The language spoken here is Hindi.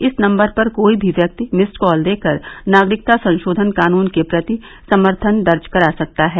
इस नम्बर पर कोई भी व्यक्ति मिस्ड कॉल देकर नागरिकता संशोधन कानून के प्रति समर्थन दर्ज करा सकता है